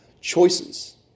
choices